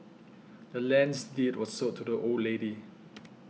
the land's deed was sold to the old lady